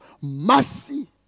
mercy